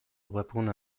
webgune